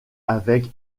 avec